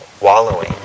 wallowing